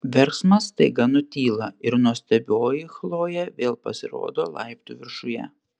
verksmas staiga nutyla ir nuostabioji chlojė vėl pasirodo laiptų viršuje